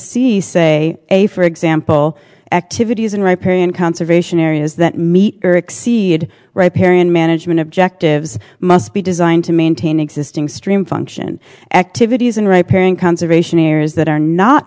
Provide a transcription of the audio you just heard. c say a for example activities and right period conservation areas that meet or exceed ripe area and management objectives must be designed to maintain existing stream function activities and right pairing conservation areas that are not